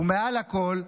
ומעל הכול,